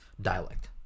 dialect